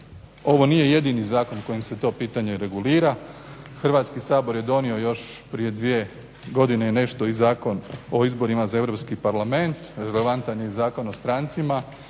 Ovo nije jedini zakon kojim se to pitanje regulira. Hrvatski sabor je donio još prije godine i nešto i Zakon o izborima za Europski parlament. Relevantan je i Zakon o strancima.